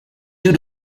due